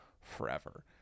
forever